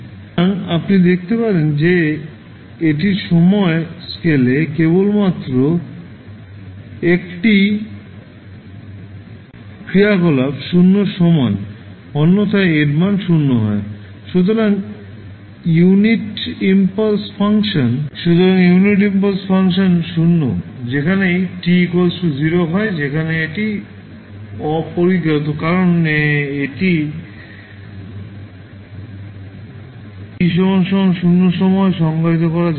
সুতরাং আপনি দেখতে পাবেন যে এটির সময় স্কেলে কেবলমাত্র 1 টি ক্রিয়াকলাপ 0 টির সমান হয় অন্যথায় এর মান 0 হয় সুতরাং ইউনিট ইম্পালস ফাংশন 0 যেখানেই t 0 হয় যেখানে এটি অপরিজ্ঞাত কারণ এটি t 0 সময়ে সংজ্ঞায়িত করা যায় না